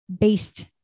based